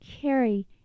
carry